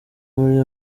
muri